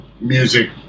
music